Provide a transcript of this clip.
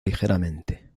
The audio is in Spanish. ligeramente